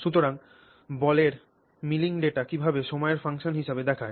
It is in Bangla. সুতরাং বলের মিলিং ডেটা কীভাবে সময়ের ফাংশন হিসাবে দেখায়